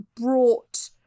brought